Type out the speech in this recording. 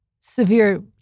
severe